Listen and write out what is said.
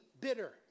bitter